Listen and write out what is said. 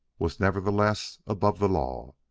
was nevertheless above the law.